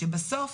שבסוף,